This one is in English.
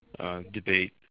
debate